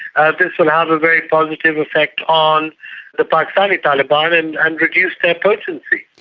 ah this will have a very positive effect on the pakistani taliban and and reduce their potency.